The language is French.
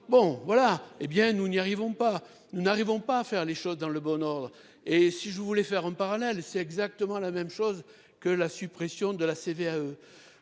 Bon voilà. Eh bien nous n'y arrivons pas, nous n'arrivons pas à faire les choses dans le bon ordre. Et si je voulais faire un parallèle, c'est exactement la même chose que la suppression de la CVAE.